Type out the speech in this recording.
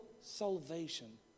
salvation